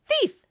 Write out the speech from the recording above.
thief